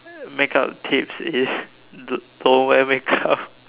uh make up tips is d~ don't wear make up